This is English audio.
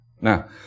Now